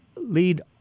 lead